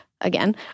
again